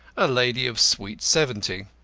a lady of sweet seventy.